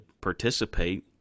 participate